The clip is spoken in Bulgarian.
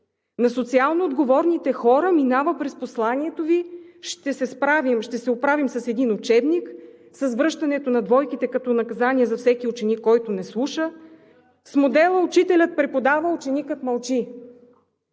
на социално отговорните хора минава през посланието Ви: „Ще се справим, ще се оправим с един учебник, с връщането на двойките като наказание за всеки ученик, който не слуша, с модела „учителят преподава – ученикът мълчи“.